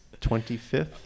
25th